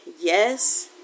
yes